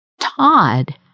Todd